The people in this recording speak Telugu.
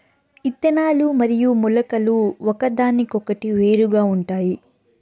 ఇత్తనాలు మరియు మొలకలు ఒకదానికొకటి వేరుగా ఉంటాయి